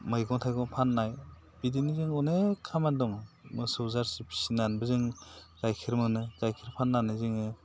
मैगं थाइगं फाननाय बिदिनो जों अनेख खामानि दं मोसौ जार्सि फिसिनानैबो जों गाइखेर मोनो गाइखेर फाननानै जोङो